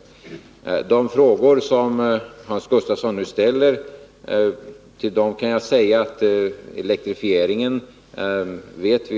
Med anledning av de frågor som Hans Gustafsson nu ställer kan jag säga att elektrifieringen